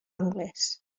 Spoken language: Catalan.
anglès